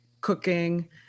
cooking